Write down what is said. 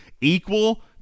equal